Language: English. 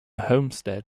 homestead